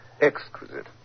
Exquisite